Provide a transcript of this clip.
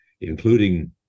including